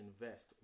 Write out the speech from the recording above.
invest